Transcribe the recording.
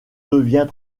devient